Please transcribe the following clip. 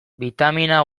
bitamina